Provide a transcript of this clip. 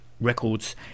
Records